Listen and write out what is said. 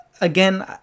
again